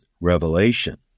revelation